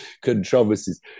controversies